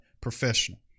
professional